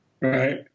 Right